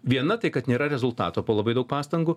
viena tai kad nėra rezultato po labai daug pastangų